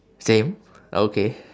same okay